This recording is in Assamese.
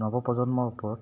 নৱ প্ৰজন্মৰ ওপৰত